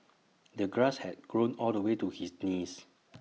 the grass had grown all the way to his knees